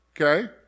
okay